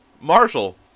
Marshall